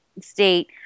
state